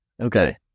Okay